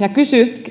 ja